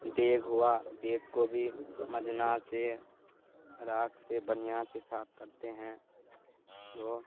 دیگ ہوا دیگ کو بھی منجنا سے راکھ سے بڑھیا سے صاف کرتے ہیں تو